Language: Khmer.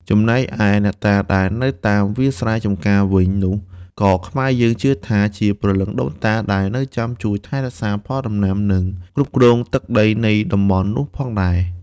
ចំណែកឯអ្នកតាដែលនៅតាមវាលស្រែចំការវិញនោះ ក៏ខ្មែរយើងជឿថា ជាព្រលឹងដូនតា ដែលនៅចាំជួយថែរក្សាផលដំណាំ និង គ្រប់គ្រងទឹកដីនៃតំបន់នោះផងដែរ។